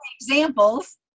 examples